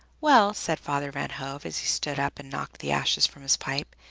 well, said father van hove, as he stood up and knocked the ashes from his pipe,